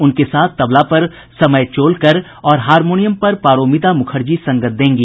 उनके साथ तबला पर समय चोलकर और हारमोनियम पर पारोमिता मुखर्जी संगत देंगी